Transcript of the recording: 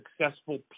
successful